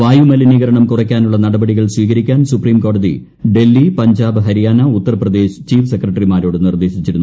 വായുമലിനീകരണം കുറയ്ക്കാനുള്ള നടപടികൾ സ്വീകരിക്കാൻ സുപ്രീം കോടതി ഡൽഹി പഞ്ചാബ് ഹരിയാന ഉത്തർപ്രദേശ് ചീഫ് സെക്രട്ടറിമാരോട് നിർദ്ദേശിച്ചിരുന്നു